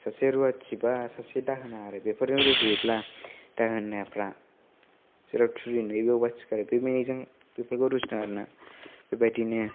सासे रुवाथिबा सासे दाहोना आरो बेफोरजों रुजुयोब्ला दाहोनाफ्रा जेराव थुरि नुयो बेयाव बाथि गारो बे मिनिंजों बेफोरखौ रुजुथा होना बेफोरखौनो